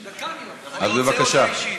אני רוצה הודעה אישית.